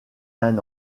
d’un